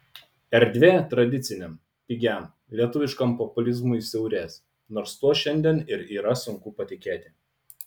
erdvė tradiciniam pigiam lietuviškam populizmui siaurės nors tuo šiandien ir yra sunku patikėti